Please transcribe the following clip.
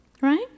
right